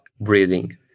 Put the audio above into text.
breathing